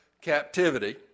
captivity